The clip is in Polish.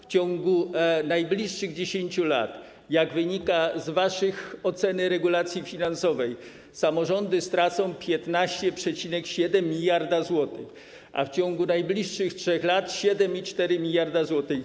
W ciągu najbliższych 10 lat, jak wynika z waszej oceny regulacji finansowej, samorządy stracą 15,7 mld zł, a w ciągu najbliższych 3 lat - 7,4 mld zł.